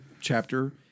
chapter